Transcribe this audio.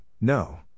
no